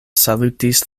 salutis